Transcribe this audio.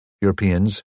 Europeans